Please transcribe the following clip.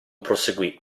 proseguì